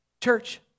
Church